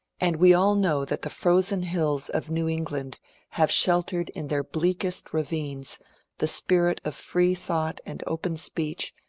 and we all know that the frozen hills of new england have sheltered in their bleakest ravines the spirit of free thought and open speech,